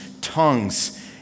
tongues